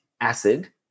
acid